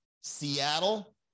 Seattle